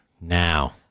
Now